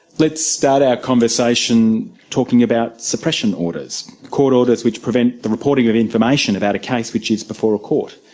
let's start our conversation talking about suppression orders court orders which prevent the reporting of information about a case which is before a court,